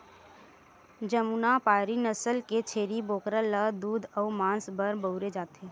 जमुनापारी नसल के छेरी बोकरा ल दूद अउ मांस बर बउरे जाथे